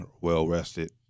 well-rested